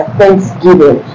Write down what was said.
thanksgiving